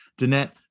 Danette